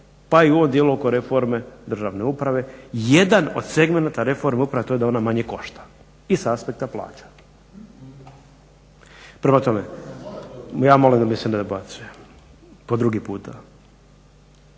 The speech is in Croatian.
Pa i u ovom djelu oko reforme državne uprave jedan od segmenata reforme državne uprave je to da ona manje košta i s aspekta plaća. Prema tome, ja molim da mi se ne dobacuje po drugi puta.